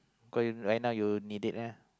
cause you right now you need it meh